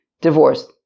divorced